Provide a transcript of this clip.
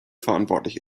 verantwortlich